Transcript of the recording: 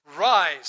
rise